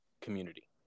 community